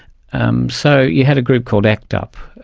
um so you had a group called act up,